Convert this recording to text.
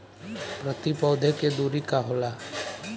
प्रति पौधे के दूरी का होला?